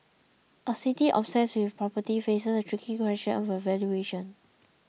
a city obsessed with property faces a tricky question about valuation